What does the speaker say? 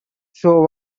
show